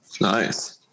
Nice